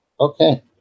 Okay